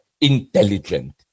intelligent